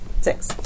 six